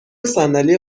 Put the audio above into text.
صندلی